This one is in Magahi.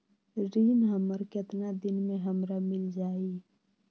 ऋण हमर केतना दिन मे हमरा मील जाई?